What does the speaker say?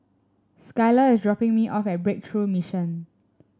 Skyla is dropping me off at Breakthrough Mission